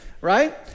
right